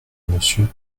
monsieur